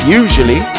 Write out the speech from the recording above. usually